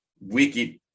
wicked